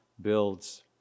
builds